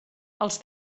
els